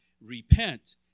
Repent